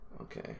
Okay